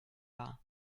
war